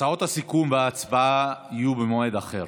הצעות הסיכום וההצבעה יהיו במועד אחר.